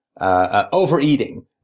overeating